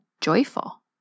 joyful